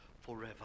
forever